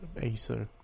Acer